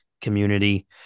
community